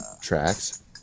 tracks